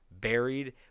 buried